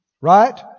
Right